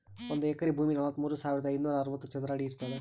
ಒಂದ್ ಎಕರಿ ಭೂಮಿ ನಲವತ್ಮೂರು ಸಾವಿರದ ಐನೂರ ಅರವತ್ತು ಚದರ ಅಡಿ ಇರ್ತದ